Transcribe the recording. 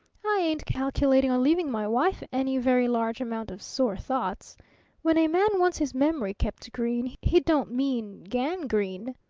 i ain't calculating on leaving my wife any very large amount of sore thoughts when a man wants his memory kept green, he don't mean gangrene!